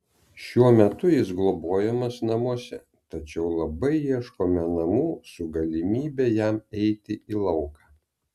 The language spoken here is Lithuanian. šiuo metu jis globojamas namuose tačiau labai ieškome namų su galimybe jam eiti į lauką